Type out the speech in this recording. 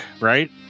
right